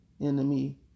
enemy